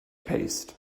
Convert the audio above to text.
paste